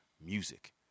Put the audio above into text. music